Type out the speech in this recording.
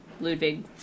Ludwig